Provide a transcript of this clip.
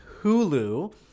Hulu